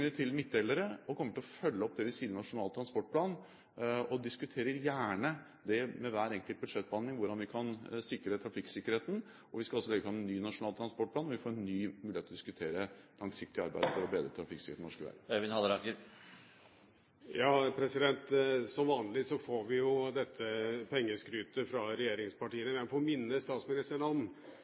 og kommer til å følge det opp det i Nasjonal transportplan, og vi diskuterer gjerne ved hver enkelt budsjettbehandling hvordan vi kan bedre trafikksikkerheten. Vi skal også legge fram en ny nasjonal transportplan, og vi får da en ny mulighet til å diskutere langsiktig arbeid for å bedre trafikksikkerheten på norske veier. Som vanlig får vi dette pengeskrytet fra regjeringspartiene. Jeg vil få minne statsministeren om